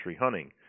hunting